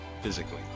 physically